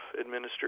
administer